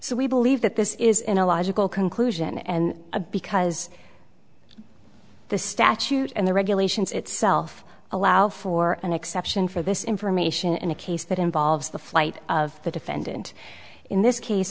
so we believe that this is in a logical conclusion and a because the statute and the regulations itself allow for an exception for this information in a case that involves the flight of the defendant in this case